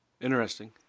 Interesting